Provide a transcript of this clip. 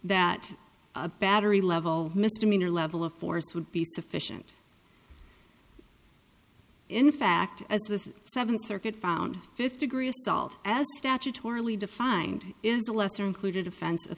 that a battery level misdemeanor level of force would be sufficient in fact as was seventh circuit found fifty agree assault as statutorily defined is a lesser included offens